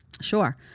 Sure